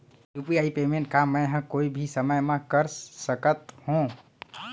UPI payment का मैं ह कोई भी समय म कर सकत हो?